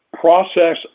process